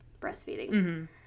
Breastfeeding